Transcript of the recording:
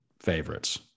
favorites